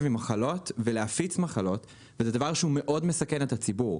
מחלות ולהפיץ מחלות וזה דבר שמאוד מסכן את הציבור.